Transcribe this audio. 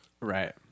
right